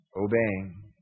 obeying